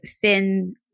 thin